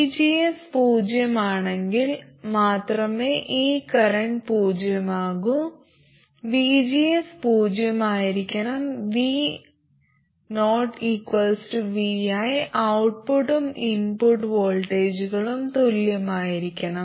vgs പൂജ്യമാണെങ്കിൽ മാത്രമേ ഈ കറന്റ് പൂജ്യമാകൂ vgs പൂജ്യമായിരിക്കണം vo vi ഔട്ട്പുട്ടും ഇൻപുട്ട് വോൾട്ടേജുകളും തുല്യമായിരിക്കണം